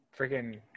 freaking